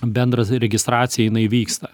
bendras registracija jinai vyksta